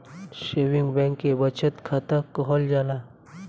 saving bank के बचत खाता कहल जाला